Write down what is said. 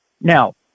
Now